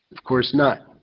of course not.